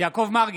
יעקב מרגי,